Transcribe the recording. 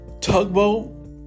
Tugboat